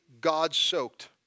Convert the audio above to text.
God-soaked